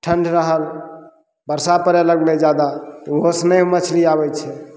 ठण्ड रहल वर्षा पड़य लगलय जादा उहोसँ नै मछली आबय छै